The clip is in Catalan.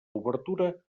obertura